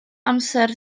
amser